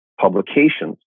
publications